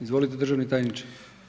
Izvolite državni tajniče.